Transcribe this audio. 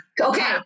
Okay